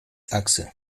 achse